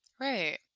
Right